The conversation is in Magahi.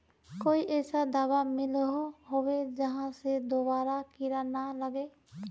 कोई ऐसा दाबा मिलोहो होबे जहा से दोबारा कीड़ा ना लागे?